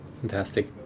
Fantastic